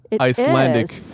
Icelandic